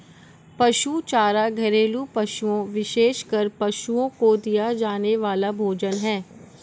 पशु चारा घरेलू पशुओं, विशेषकर पशुओं को दिया जाने वाला भोजन है